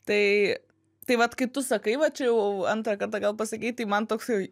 tai tai vat kaip tu sakai va čia jau antrą kartą gal pasakei tai man toksai